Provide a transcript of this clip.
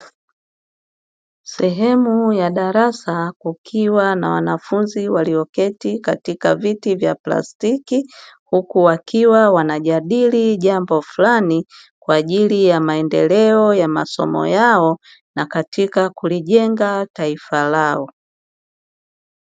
Sehemu ya darasa kukiwa na wanafunzi walioketi katika viti vya plastiki huku wakiwa wanajadili jambo fulani kwa ajili ya maendeleo ya masomo yao na katika kulijenga taifa lao.